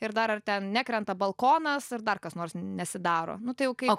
ir dar ar ten nekrenta balkonas ar dar kas nors nesidaro nu tai jau kai